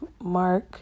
Mark